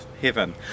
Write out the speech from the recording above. heaven